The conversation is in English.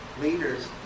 Leaders